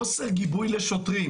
חוסר גיבוי לשוטרים